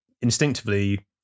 Instinctively